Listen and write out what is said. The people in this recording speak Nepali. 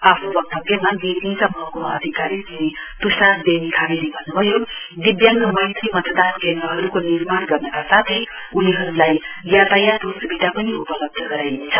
आफ्नो वक्तव्यमा गेजिङका महकुमा अधिकारी श्री तुषार जी निरबारेले भन्नुभयो दिब्याङ्ग मैत्री मतदान केन्द्रहरुको निमार्ण गर्नका साथै उनीबहरुलाई यातायातको सुविधा पनि उपलब्ध गराइनेछ